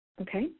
Okay